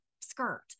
skirt